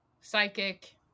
psychic